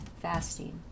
fasting